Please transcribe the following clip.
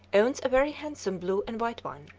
owns a very handsome blue and white one.